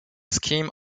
scheme